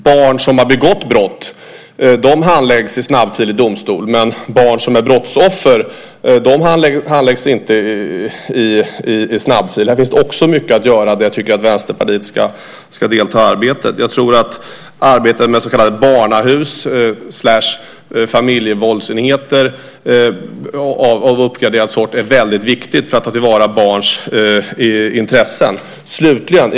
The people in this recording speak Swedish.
Barn som har begått brott handläggs i snabbfil i domstol, men barn som är brottsoffer handläggs inte i någon snabbfil. Här finns också mycket att göra där jag tycker att Vänsterpartiet ska delta i arbetet. Arbetet med så kallade barnahus eller familjevåldsenheter av uppgraderad sort är väldigt viktigt för att ta till vara barns intressen.